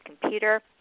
computer